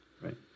Right